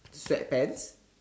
sweatpants